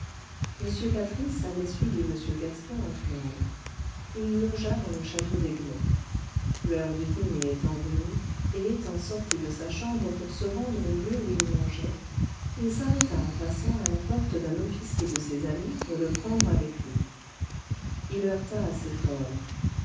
m patris avait suivi m gaston en flandre il logea dans le château d'egmont l'heure du dîner étant venue et étant sorti de sa chambre pour se rendre au lieu où il mangeait il s'arrêta en passant à la porte d'un officier de ses amis pour le prendre avec lui il heurta assez fort